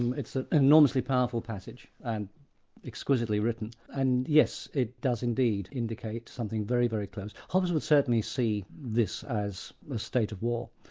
um it's an enormously powerful passage and exquisitely written, and yes, it does indeed indicate something very, very close. hobbes would certainly see this as a state of war,